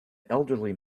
elderly